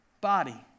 body